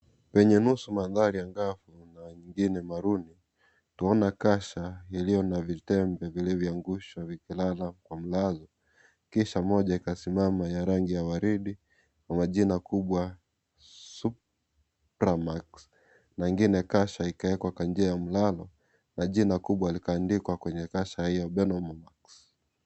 Penye nusu mandhari angavu na ingine maruni tunaona kasha iliyo na vitembe vilivyoangushwa vikalala kwa mlazo kisha moja ikasimama ya rangi ya waridi na majina kubwa Supramax na ingine kasha ikawekwa kwa njia ya mlalo na jina kubwa likaandikwa kwenye kasha hio Benomox.